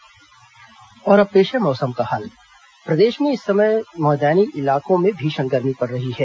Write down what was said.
मौसम और अब पेश है मौसम का हाल प्रदेश में इस समय मैदानी इलाकों में भीषण गर्मी पड़ रही है